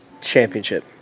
championship